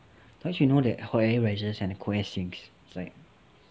don't you know that hot air rises and cool air sinks